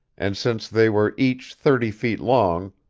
and since they were each thirty feet long,